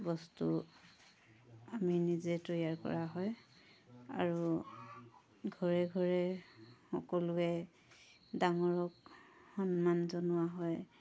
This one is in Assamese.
বস্তু আমি নিজে তৈয়াৰ কৰা হয় আৰু ঘৰে ঘৰে সকলোৱে ডাঙৰক সন্মান জনোৱা হয়